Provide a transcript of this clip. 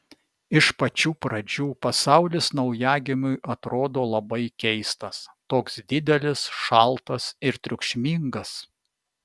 iš pačių pradžių pasaulis naujagimiui atrodo labai keistas toks didelis šaltas ir triukšmingas